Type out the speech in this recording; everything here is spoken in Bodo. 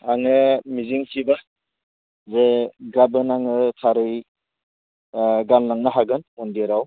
आङो मिजिं थिबाय जे गाबोन आङो थारै ओह गानलांनो हागोन मन्दिराव